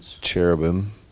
cherubim